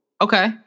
Okay